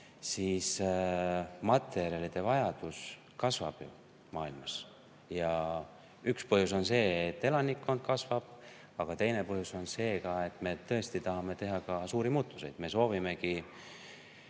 et materjalide vajadus maailmas kasvab. Üks põhjus on see, et elanikkond kasvab, aga teine põhjus on see, et me tõesti tahame teha suuri muutusi. Me soovimegi